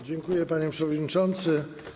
Dziękuję, panie przewodniczący.